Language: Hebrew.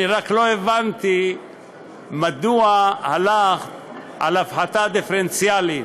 אני רק לא הבנתי מדוע הלכת על הפחתה דיפרנציאלית?